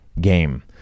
game